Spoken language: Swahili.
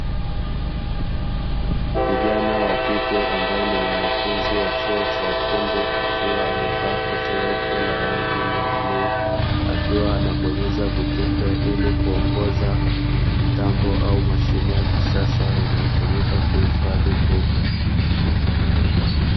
Kijana wa kike ambaye ni mwanafunzi wa chuo cha ufundi akiwa amevaa koti refu la rangi ya bluu, akiwa anabonyeza vitufe ili kuongoza mtambo au mashine ya kisasa inayotumika kuhifadhi nguvu.